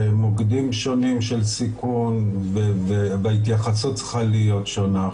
מוקדים שונים של סיכון וההתייחסות צריכה להיות שונה.